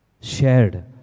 Shared